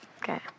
Okay